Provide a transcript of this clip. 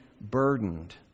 burdened